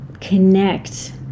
connect